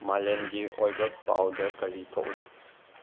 ꯃꯥꯂꯦꯝꯒꯤ ꯑꯣꯏꯕ ꯄꯥꯎꯗ ꯀꯔꯤ ꯊꯣꯛꯂꯤ